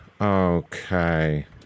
Okay